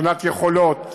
מבחינת יכולות,